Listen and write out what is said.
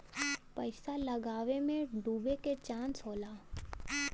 पइसा लगावे मे डूबे के चांस होला